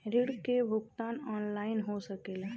ऋण के भुगतान ऑनलाइन हो सकेला?